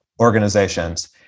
organizations